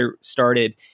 started